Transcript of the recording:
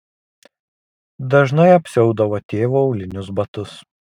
dažnai apsiaudavo tėvo aulinius batus